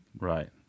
Right